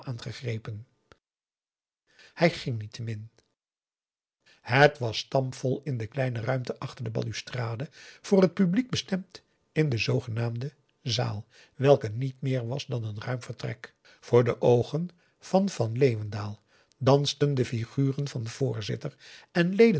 aangegrepen hij ging niettemin het was stampvol in de kleine ruimte achter de balustrade voor het publiek bestemd in de zoogenoemde zaal welke niet meer was dan een ruim vertrek voor de oogen van van leeuwendaal dansten de figuren van voorzitter en